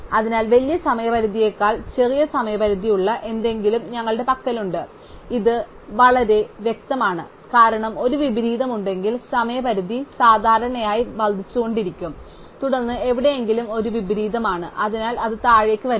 അതിനാൽ വലിയ സമയപരിധിയേക്കാൾ ചെറിയ സമയപരിധിയുള്ള എന്തെങ്കിലും ഞങ്ങളുടെ പക്കലുണ്ട് ഇത് വളരെ വ്യക്തമാണ് കാരണം ഒരു വിപരീതമുണ്ടെങ്കിൽ സമയപരിധി സാധാരണയായി വർദ്ധിച്ചുകൊണ്ടിരിക്കും തുടർന്ന് എവിടെയെങ്കിലും ഇത് ഒരു വിപരീതമാണ് അതിനാൽ അത് താഴേക്ക് വരുന്നു